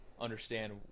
understand